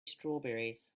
strawberries